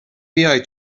بیای